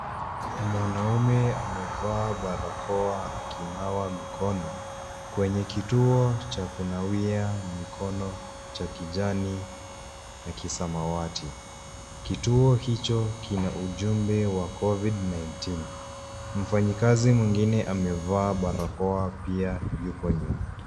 Mwanaume ame vaa barakoa akinawa mikono kwenye kituo cha kunawia mikono cha kijani na kisamawati. Kituo hicho kina ujumbe wa Covid 19 . Mfanyikazi mwingine amevaa barakoa pia yuko nyuma.